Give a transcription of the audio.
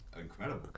incredible